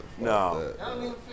No